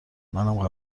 منم